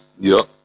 Ja